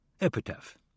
Epitaph